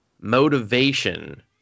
motivation